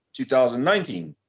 2019